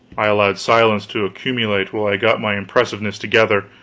i allowed silence to accumulate while i got my impressiveness together,